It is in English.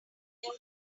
new